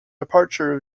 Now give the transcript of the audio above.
departure